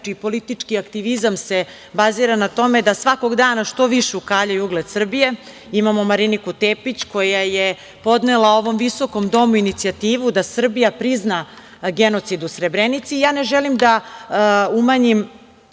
čiji politički aktivizam se bazira na tome da svakog dana što više ukaljaju ugled Srbije. Imamo Mariniku Tepić koja je podnela ovom visokom domu inicijativu da Srbija prizna genocid u Srebrenici. Ja ne želim da umanjim